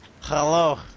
Hello